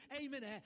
amen